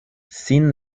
sin